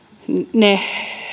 ne